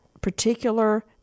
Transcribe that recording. particular